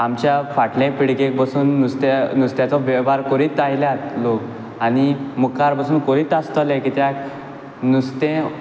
आमच्या फाटल्या पिळगेक बसून नुस्तें नुस्त्याचो वेवहार करपाक करीत आयल्यात लोक आनी मुखार बसून करीत आसतल्यो किद्याक नुस्तें